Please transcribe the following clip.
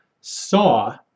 saw